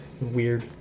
weird